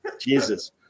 Jesus